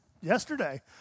yesterday